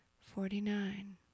forty-nine